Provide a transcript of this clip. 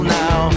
now